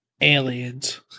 Aliens